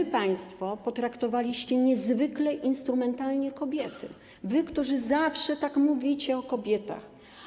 To państwo potraktowaliście niezwykle instrumentalnie kobiety, wy, którzy zawsze tyle mówicie o kobietach.